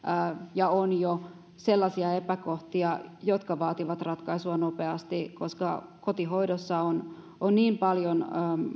ja on jo sellaisia epäkohtia jotka vaativat ratkaisua nopeasti koska kotihoidossa on on niin paljon